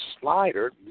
slider